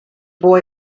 boy